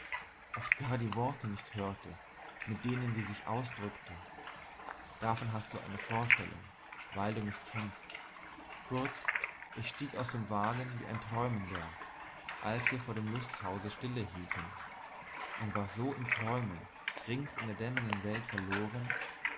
gar die worte nicht hörte mit denen sie sich ausdrückte davon hast du eine vorstellung weil du mich kennst kurz ich stieg aus dem wagen wie ein träumender als wir vor dem lusthause stille hielten und war so in träumen rings in der dämmernden welt verloren